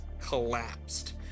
collapsed